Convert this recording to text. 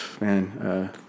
man